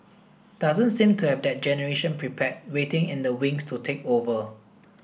doesn't seem to have that generation prepared waiting in the wings to take over